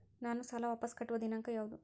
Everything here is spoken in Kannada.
ನಾನು ಸಾಲ ವಾಪಸ್ ಕಟ್ಟುವ ದಿನಾಂಕ ಯಾವುದು?